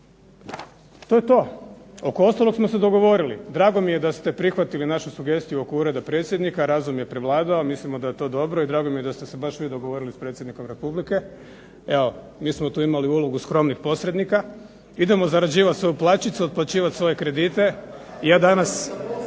To je to. Oko ostalog smo se dogovorili. Drago mi je da ste prihvatili našu sugestiju oko Ureda predsjednika. Razum je prevladao, mislimo da je to dobro i drago mi je da ste se baš vi dogovorili s predsjednikom Republike. Evo mi smo tu imali ulogu skromnih posrednika. Idemo zarađivati svoju plaćicu, otplaćivati svoje kredite. Ja danas